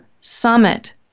Summit